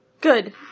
good